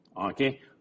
okay